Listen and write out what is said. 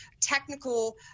technical